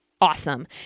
awesome